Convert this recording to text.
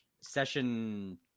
session